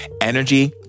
energy